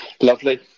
Lovely